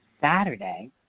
Saturday